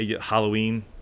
halloween